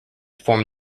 form